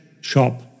shop